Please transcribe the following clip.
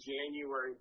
January